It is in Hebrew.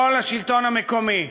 כל השלטון המקומי,